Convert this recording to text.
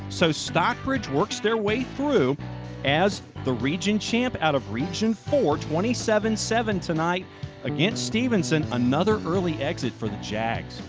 so stock bridge works their way through as the region champ out of region four, twenty seven seven tonight against stephenson. another early exit for the jags.